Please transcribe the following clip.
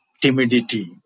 timidity